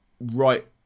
right